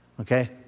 Okay